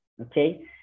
Okay